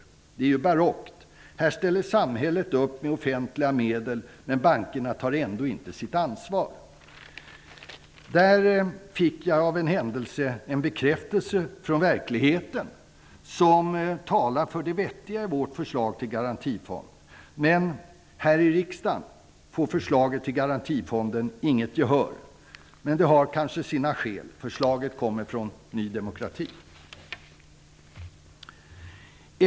Det är ju barockt. Här ställer samhället upp med offentliga medel, men bankerna tar ändå inte sitt ansvar. Därmed fick jag av en händelse en bekräftelse från verkligheten som talar för det vettiga i vårt förslag till garantifond. Men här i riksdagen får detta förslag inget gehör. Fast det har kanske sina skäl: Förslaget kommer från Ny demokrati.